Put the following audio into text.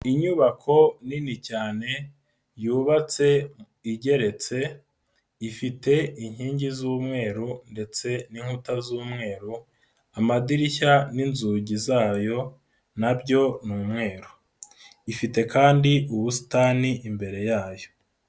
Inyubako nini cyane, yubatse igeretse, ifite inkingi z'umweru ndetse n'inkuta z'umweru, amadirishya n'inzugi zayo na byo ni umweru, ifite kandi ubusitani imbere yayo.